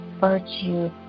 virtue